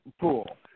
pool